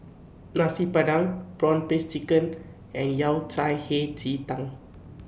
Nasi Padang Prawn Paste Chicken and Yao Cai Hei Ji Tang